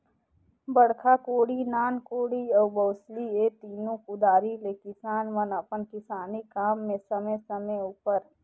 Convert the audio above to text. बड़खा कोड़ी, नान कोड़ी अउ बउसली ए तीनो कुदारी ले किसान मन अपन किसानी काम मे समे समे उपर